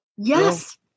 Yes